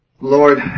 Lord